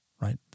right